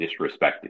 disrespected